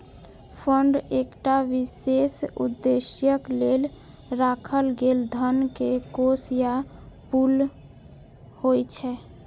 fund एकटा विशेष उद्देश्यक लेल राखल गेल धन के कोष या पुल होइ छै